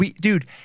Dude